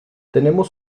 tenemos